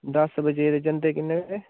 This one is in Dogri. दस बजे ते जंदे किन्ने बजे